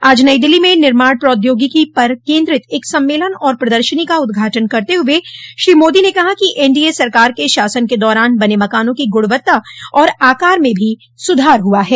आज नई दिल्ली में निर्माण प्रौद्योगिकी पर केन्द्रित एक सम्मेलन और प्रदर्शनी का उद्घाटन करते हुए श्री मोदी ने कहा कि एनडीए सरकार के शासन के दौरान बने मकानों की गृणवत्ता और आकार में भी सुधार हुआ है